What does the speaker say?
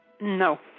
No